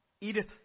Edith